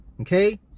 okay